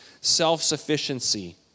self-sufficiency